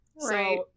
Right